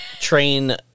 train